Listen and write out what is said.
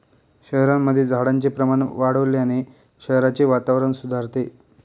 शहरांमध्ये झाडांचे प्रमाण वाढवल्याने शहराचे वातावरण सुधारते